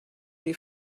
les